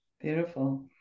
Beautiful